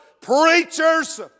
preachers